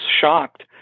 shocked